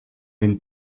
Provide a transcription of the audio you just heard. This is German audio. den